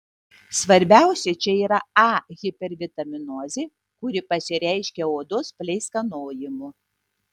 svarbiausia čia yra a hipervitaminozė kuri pasireiškia odos pleiskanojimu